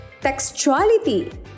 textuality